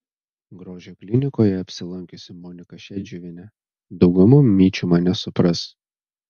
grožio klinikoje apsilankiusi monika šedžiuvienė dauguma mamyčių mane supras